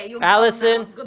Allison